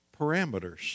parameters